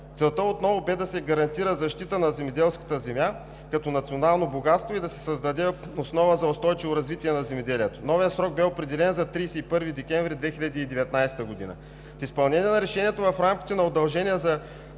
Целта отново бе да се гарантира защита на земеделската земя като национално богатство и да се създаде основа за устойчиво развитие на земеделието. Новият срок бе определен за 31 декември 2019 г. В изпълнение на решението в рамките на удължения за